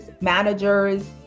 managers